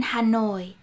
Hanoi